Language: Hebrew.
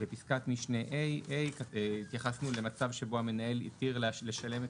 בפסקת משנה (ה) התייחסנו למצב שבו המנהל התיר לשלם את